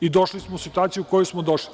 I, došli smo u situaciju koju smo došli.